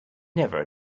never